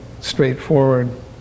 straightforward